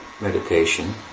meditation